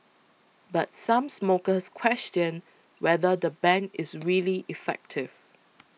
but some smokers question whether the ban is really effective